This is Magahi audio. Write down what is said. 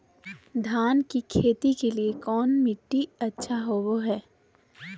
धान की खेती के लिए कौन मिट्टी अच्छा होबो है?